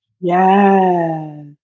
Yes